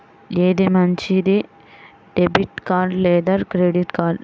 ఏది మంచిది, debit card లేదా క్రెడిట్ కార్డ్?